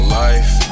life